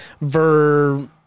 ver